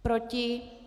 Proti?